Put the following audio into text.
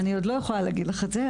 אני עוד לא יכולה להגיד לך את זה.